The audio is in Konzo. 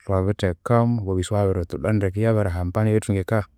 iwabithekamu obo ebyosi iwabiribituda ndeke ibyabirihambana byabirithunga e